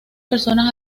personas